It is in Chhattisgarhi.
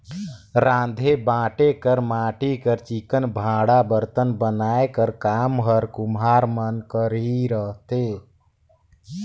राँधे बांटे कर माटी कर चिक्कन भांड़ा बरतन बनाए कर काम हर कुम्हार मन कर ही रहथे